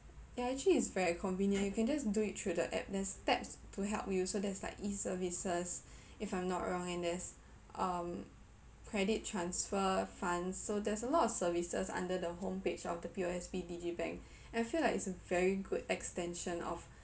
ya actually it's very convenient you can just do it through the app there's steps to help you so so there's like E services if I'm not wrong and there's um credit transfer funds so there's a lot of services under the homepage of the P_O_S_B digibank I feel like its a very good extension of